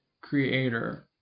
creator